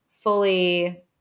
fully